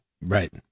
Right